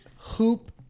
hoop